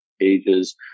pages